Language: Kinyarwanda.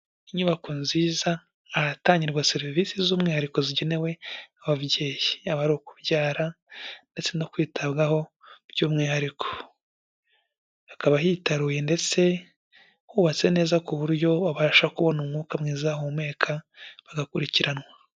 Inyubako nziza, ahatangirwa serivisi z'umwihariko zigenewe ababyeyi yaba ar’ukubyara ndetse no kwitabwaho by'umwihariko. Hakaba hitaruye ndetse hubatse neza, ku buryo babasha kubona umwuka mwiza bahumeka bagakurikiranwa.